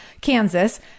Kansas